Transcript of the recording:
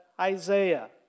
Isaiah